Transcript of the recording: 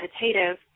meditative